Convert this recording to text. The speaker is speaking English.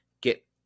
get